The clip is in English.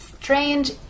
strange